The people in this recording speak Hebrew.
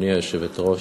בכבוד.